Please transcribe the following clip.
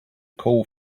call